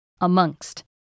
amongst